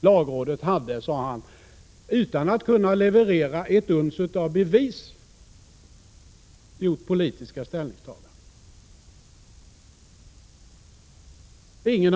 Lagrådet hade gjort politiska ställningstaganden, sade statsministern utan att kunna leverera ett uns av bevis.